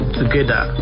together